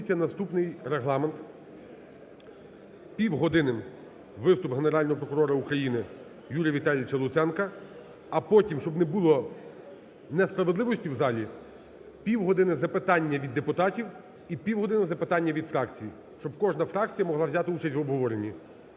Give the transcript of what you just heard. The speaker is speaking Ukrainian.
наступний регламент: півгодини – виступ Генерального прокурора України Юрія Віталійовича Луценка, а потім, щоб не було несправедливості в залі, півгодини – запитання від депутатів і півгодини – запитання від фракцій, щоб кожна фракція могла взяти участь в обговоренні.